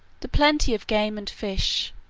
the plenty of game and fish,